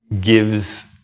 gives